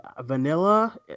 vanilla